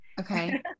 Okay